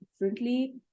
differently